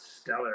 stellar